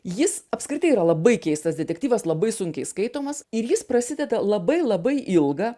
jis apskritai yra labai keistas detektyvas labai sunkiai skaitomas ir jis prasideda labai labai ilga